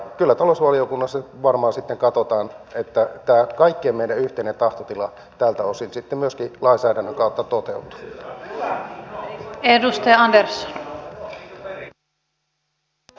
kyllä talousvaliokunnassa varmaan sitten katsotaan että meidän kaikkien yhteinen tahtotila tältä osin myöskin lainsäädännön kautta toteutuu